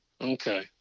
Okay